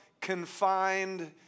confined